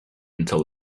until